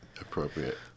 appropriate